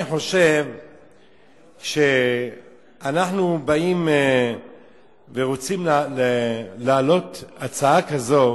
אני חושב שאנחנו באים ורוצים להעלות הצעה כזאת,